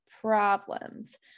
problems